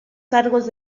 cargos